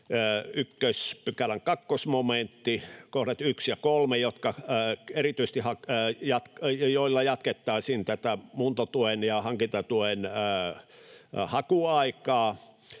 1 §:n 2 momentin kohdat 1 ja 3, joilla jatkettaisiin muuntotuen ja hankintatuen hakuaikaa,